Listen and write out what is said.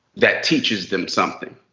that teaches them something.